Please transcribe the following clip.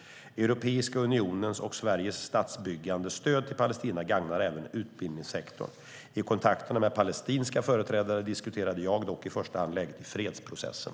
Europeiska unionens och Sveriges statsbyggande stöd till Palestina gagnar även utbildningssektorn. I kontakterna med palestinska företrädare diskuterade jag dock i första hand läget i fredsprocessen.